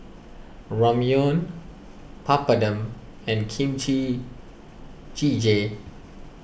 Ramyeon Papadum and Kimchi Jjigae